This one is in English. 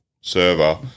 server